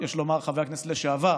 יש לומר חבר הכנסת לשעבר,